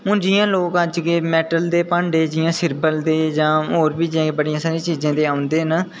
हून जि'यां लोग अज्ज दे मेटल दे भांडे जि'यां सिरबल दे जां होर बी जि'यां बड़ियां सारियां चीज़ां दे औंदे न